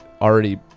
already